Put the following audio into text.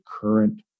current